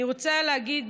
אני רוצה להגיד,